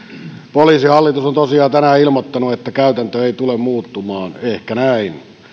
poliisihallitus on tosiaan tänään ilmoittanut että käytäntö ei tule muuttumaan ehkä näin